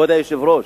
כבוד היושב-ראש.